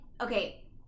okay